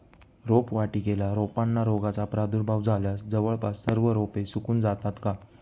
रोपवाटिकेतील रोपांना रोगाचा प्रादुर्भाव झाल्यास जवळपास सर्व रोपे सुकून जातात का?